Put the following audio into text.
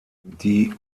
die